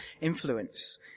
influence